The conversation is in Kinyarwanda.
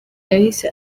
yahise